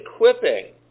equipping